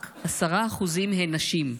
רק 10% הן נשים,